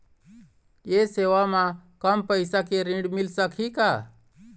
ये सेवा म कम पैसा के ऋण मिल सकही का?